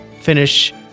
finish